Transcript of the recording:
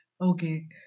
Okay